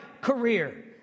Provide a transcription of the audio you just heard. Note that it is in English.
career